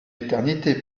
éternité